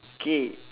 K